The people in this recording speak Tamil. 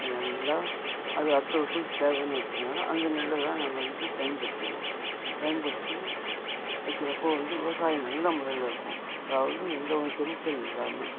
அதை நல்லா அது அடுத்த வருஷத்துக்கு தேவைன்னு வச்சுக்கிங்கன்னு அந்த நெல்லை தான் நாங்கள் வந்து பயன்படுத்துவோம் பயன்படுத்தி வைக்கிறப்போ வந்து விவசாயம் நல்ல முறையில் இருக்கும் அதாவது எந்தவொரு கெமிக்கல் இல்லாம